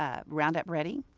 um roundup ready,